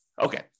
Okay